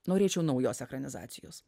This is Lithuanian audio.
norėčiau naujos ekranizacijos